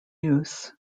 use